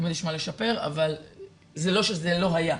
תמיד יש מה לשפר אבל זה לא שזה לא היה.